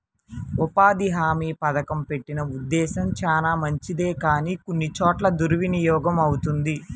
ఉపాధి హామీ పథకం పెట్టిన ఉద్దేశం చానా మంచిదే కానీ కొన్ని చోట్ల దుర్వినియోగమవుతుంది